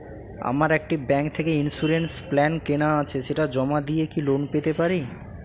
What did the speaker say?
আমার একটি ব্যাংক থেকে ইন্সুরেন্স প্ল্যান কেনা আছে সেটা জমা দিয়ে কি লোন পেতে পারি?